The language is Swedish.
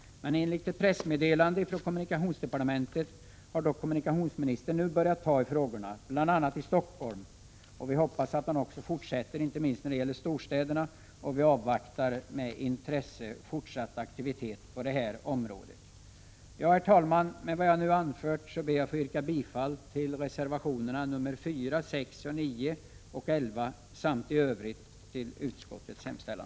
Enligt ett pressmeddelande från kommunikationsdepartementet har dock kommunikationsministern nu börjat att ta tag i frågorna, bl.a. i Stockholm. Vi hoppas att han också fortsätter med detta, inte minst vad gäller storstäderna, och vi avvaktar med intresse fortsatt aktivitet på detta område. Herr talman! Med vad jag nu anfört ber jag att få yrka bifall till reservationerna nr 4, 6, 9 och 11 samt i övrigt till utskottets hemställan.